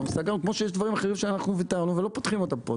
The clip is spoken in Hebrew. כמו שיש דברים אחרים שאנחנו ויתרנו ולא פותחים אותם פה.